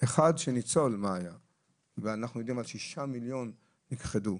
אחד שניצול מה היה ואנחנו יודעים על שישה מיליון שנכחדו.